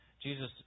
Jesus